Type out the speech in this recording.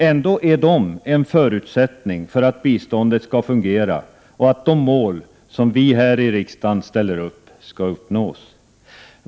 Ändå är de en förutsättning för att biståndet skall fungera och att de mål som vi här i riksdagen ställer upp skall uppnås.